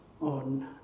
on